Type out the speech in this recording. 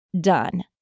done